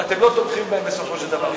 ואתם לא תומכים בהם בסופו של דבר,